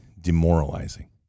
demoralizing